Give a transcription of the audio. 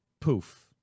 poof